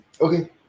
Okay